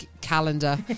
calendar